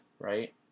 right